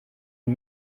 une